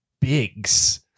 Biggs